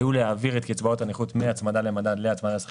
היה להעביר את קצבאות הנכות מהצמדה למדד להצמדה לשכר